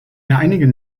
einigen